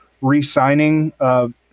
re-signing